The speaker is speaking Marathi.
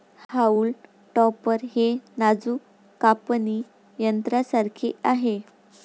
हाऊल टॉपर हे नाजूक कापणी यंत्रासारखे आहे